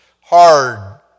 hard